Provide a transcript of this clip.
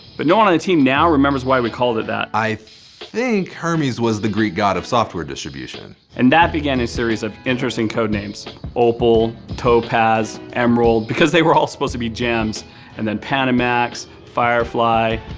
but no one on the team now remembers why we called it that. i think hermes was the greek god of software distribution. and that began a series of interesting code names. opal, topaz, emerald because they were all supposed to be gems and then panamax, firefly,